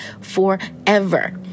forever